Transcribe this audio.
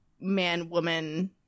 man-woman